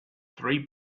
three